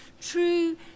true